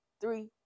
three